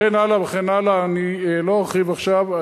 וכן הלאה וכן הלאה, אני לא ארחיב עכשיו.